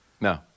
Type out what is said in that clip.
No